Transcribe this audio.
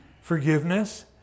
forgiveness